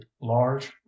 large